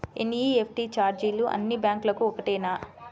NEFT ఛార్జీలు అన్నీ బ్యాంక్లకూ ఒకటేనా?